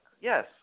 Yes